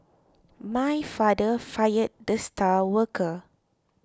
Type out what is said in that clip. my father fired the star worker